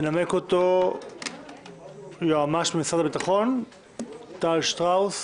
תנמק את הבקשה יועמ"ש משרד הביטחון טל שטראוס.